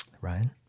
Ryan